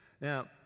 Now